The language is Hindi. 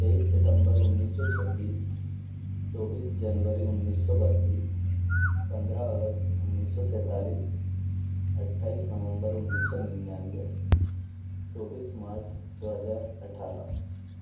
तेइस सितम्बर उन्नीस सौ छब्बीस चौबीस जनवरी उन्नीस सौ बत्तीस पंद्रह अगस्त उन्नीस सौ सेंतालीस अट्ठाइस नवम्बर उन्नीस सो निन्नयानवे चौबीस मार्च दो हज़ार अट्ठारह